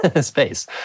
space